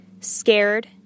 scared